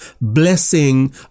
blessing